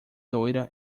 loira